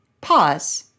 pause